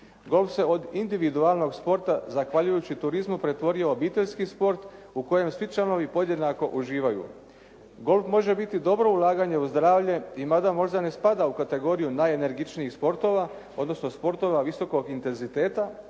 Golf se od individualnog sporta zahvaljujući turizmu pretvorio u obiteljski sport u kojem svi članovi podjednako uživaju. Golf može biti dobro ulaganje u zdravlje i mada možda ne spada u kategoriju najenergičnijim sportova odnosno sportova visokog intenziteta